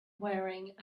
wearing